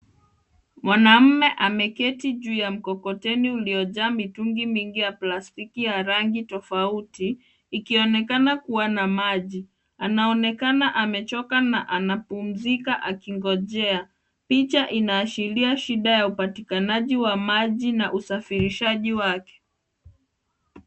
Mwanamume ameketi juu ya mkokoteni uliojaa mitungi mingi ya plastiki ya rangi tofauti, ikionekana kuwa na maji. Anaonekana amechoka na anapumzika akingojea. Picha inaashiria shida ya upatikanaji wa maji na usafirishaji wake.